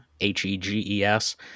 H-E-G-E-S